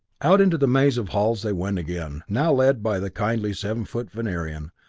out into the maze of halls they went again, now led by the kindly seven-foot venerian.